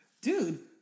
dude